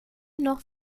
noch